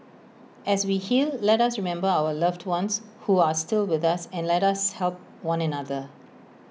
as we heal let us remember our loved ones who are still with us and let us help one another